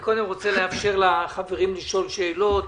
אני קודם רוצה לאפשר לחברים לשאול שאלות